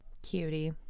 Cutie